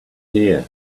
here